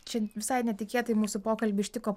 čia visai netikėtai mūsų pokalbį ištiko